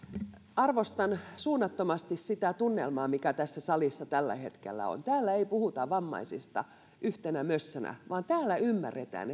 arvostan suunnattomasti sitä tunnelmaa mikä tässä salissa tällä hetkellä on täällä ei puhuta vammaisista yhtenä mössönä vaan täällä ymmärretään